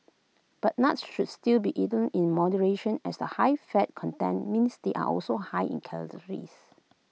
but nuts should still be eaten in moderation as the high fat content means they are also high in calories